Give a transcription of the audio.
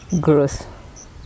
growth